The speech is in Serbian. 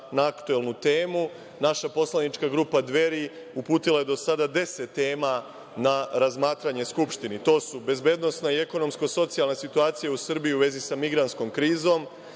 na aktuelnu temu. Naša poslanička grupa Dveri, uputila je do sada deset tema na razmatranje Skupštini. To su: bezbednosno i ekonomsko socijalna situacija u Srbiji u vezi sa migrantskom krizom,